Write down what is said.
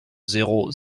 zéro